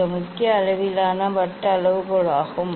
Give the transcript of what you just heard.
இது முக்கிய அளவிலான வட்ட அளவுகோலாகும்